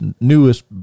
newest